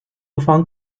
方面